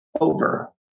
over